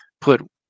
put